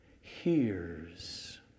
hears